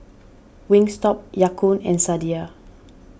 Wingstop Ya Kun and Sadia